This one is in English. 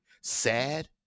sad